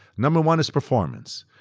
number one is performance.